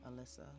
Alyssa